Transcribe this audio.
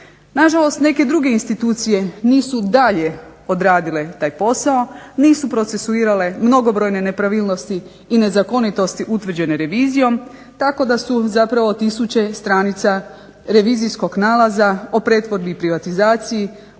Na žalost neke druge institucije nisu dalje odradile taj posao, nisu procesuirale mnogobrojne nepravilnosti i nezakonitosti utvrđene revizijom, tako da su zapravo tisuće stranica revizijskog nalaza o pretvorbi i privatizaciji